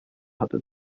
hatte